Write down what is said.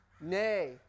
Nay